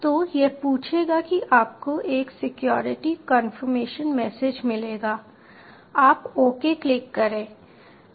तो यह पूछेगा कि आपको एक सिक्योरिटी कंफर्मेशन मैसेज मिलेगा आप ओके क्लिक करें